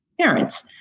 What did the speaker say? parents